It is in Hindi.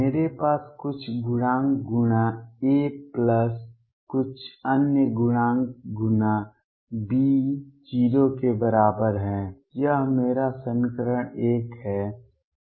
मेरे पास कुछ गुणांक गुणा a प्लस कुछ अन्य गुणांक गुणा B 0 के बराबर है यह मेरा समीकरण 1 है